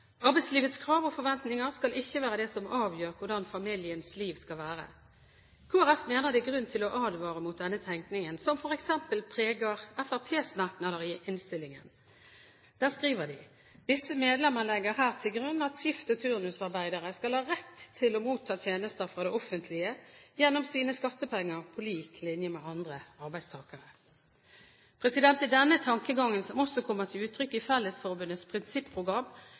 Arbeidslivets krav og forventninger skal ikke være det som avgjør hvordan familiens liv skal være. Kristelig Folkeparti mener det er grunn til å advare mot denne tenkningen, som f.eks. preger Fremskrittspartiets merknader i innstillingen. Der skriver de: «Disse medlemmer legger her til grunn at skift- og turnusarbeidere skal ha rett til å motta tjenester fra det offentlige gjennom sine skattepenger, på lik linje med andre arbeidstakere.» Det er denne tankegangen som også kommer til uttrykk i Fellesforbundets